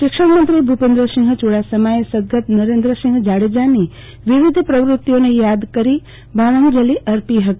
શિક્ષણમંત્રી ભપન્દસિંહ ચુડાસમાએ સદગત નરન્દસિંહ જાડેજાની વિવિધ પ્રવતિઓ ને યાદકરી ભાવાંજલિ અર્પી હતી